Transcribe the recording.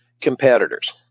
competitors